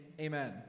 amen